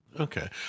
okay